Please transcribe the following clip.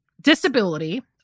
disability